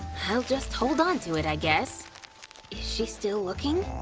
i'll just hold onto it i guess. is she still looking?